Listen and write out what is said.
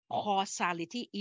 causality